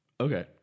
Okay